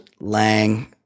Lang